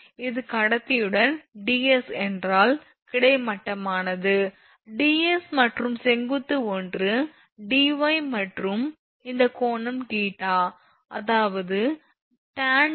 இது கடத்தியுடன் ds என்றால் கிடைமட்டமானது dx மற்றும் செங்குத்து ஒன்று dy மற்றும் இந்த கோணம் θ அதாவது tan dy dydx